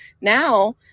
Now